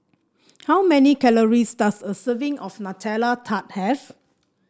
how many calories does a serving of Nutella Tart have